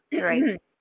Right